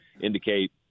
indicate